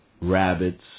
Rabbits